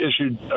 issued